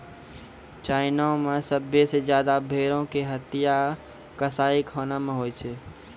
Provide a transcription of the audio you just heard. China मे सभ्भे से ज्यादा भेड़ो के हत्या कसाईखाना मे होय छै